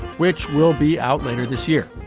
which will be out later this year.